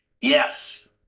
Yes